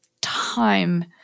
time